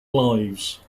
lives